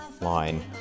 line